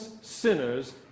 sinners